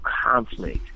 conflict